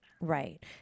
Right